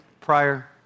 prior